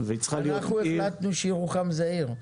אנחנו החלטנו שירוחם זאת עיר.